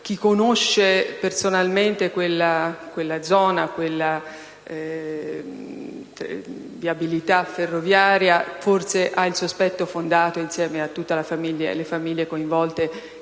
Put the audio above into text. Chi conosce personalmente quella zona, quella viabilità ferroviaria, forse ha il sospetto fondato, insieme a tutte le famiglie coinvolte,